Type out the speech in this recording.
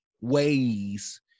ways